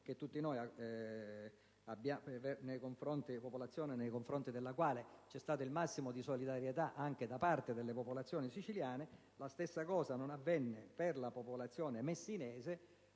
di una popolazione nei confronti della quale vi è stato il massimo di solidarietà anche da parte delle popolazioni siciliane, lo stesso non avvenne per la popolazione messinese.